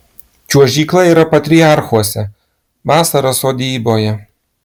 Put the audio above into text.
čiuožykla yra patriarchuose vasara sodyboje